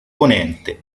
ponente